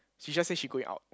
she just say she going out